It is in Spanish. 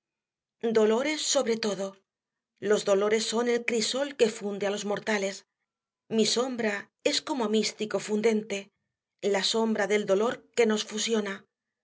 dolores sobre todo los dolores son el crisol que funde á los mortales mi sombra es como místico fundente la sombra del dolor que nos fusiona